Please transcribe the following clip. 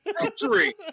victory